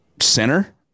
center